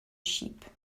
sheep